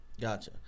gotcha